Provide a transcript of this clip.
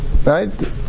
right